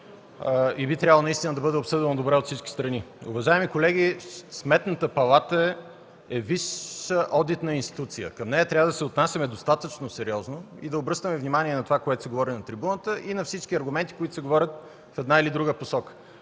и би трябвало наистина да бъде обсъдено добре от всички страни. Уважаеми колеги, Сметната палата е висша одитна институция. Към нея трябва да се отнасяме достатъчно сериозно и да обръщаме внимание на това, което се говори на трибуната, и на всички аргументи, които се говорят в една или друга посока.